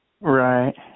Right